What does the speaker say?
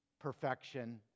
perfection